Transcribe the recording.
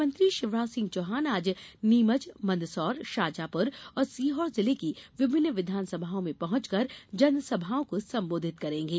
मुख्यमंत्री शिवराज सिंह चौहान आज नीमच मंदसौर शाजापुर और सीहोर जिले की विभिन्न विधानसभाओं में पहॅचकर जनसभाओं को संबोधित करेंगे